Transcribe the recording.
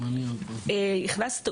הכנסנו